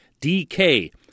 DK